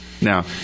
Now